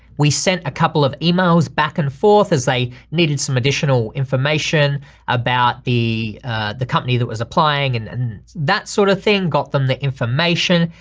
we sent a couple of emails back and forth as they needed some additional information about the the company that was applying and and that sort of thing got them the information,